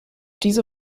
diese